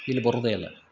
ಇಲ್ಲಿ ಬರುದೆಯಿಲ್ಲ